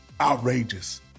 outrageous